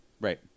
Right